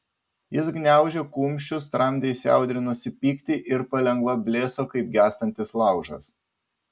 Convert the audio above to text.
jis gniaužė kumščius tramdė įsiaudrinusį pyktį ir palengva blėso kaip gęstantis laužas